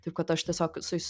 taip kad aš tiesiog su jais